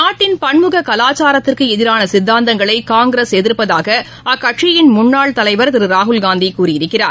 நாட்டின் பன்முககலாச்சாரத்திற்குஎதிரானசித்தாத்தங்களைகாங்கிரஸ் எதிர்ப்பதாகஅக்கட்சியின் முன்னாள் தலைவர் திருராகுல்காந்திகூறியிருக்கிறார்